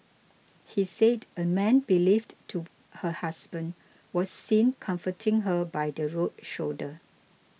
he said a man believed to her husband was seen comforting her by the road shoulder